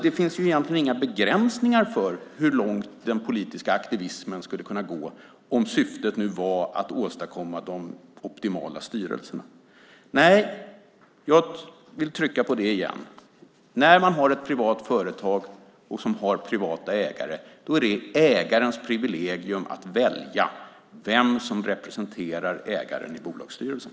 Det finns egentligen inga begränsningar för hur långt den politiska aktivismen skulle kunna gå om syftet nu var att åstadkomma optimala styrelser. Nej, låt mig än en gång trycka på detta: När man har ett privat företag med privata ägare är det ägarnas privilegium att välja vem som representerar dem i bolagsstyrelsen.